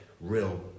real